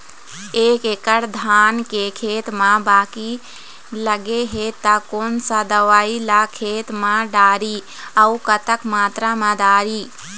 एक एकड़ धान के खेत मा बाकी लगे हे ता कोन सा दवई ला खेत मा डारी अऊ कतक मात्रा मा दारी?